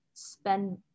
spend